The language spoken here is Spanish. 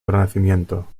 renacimiento